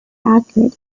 accurate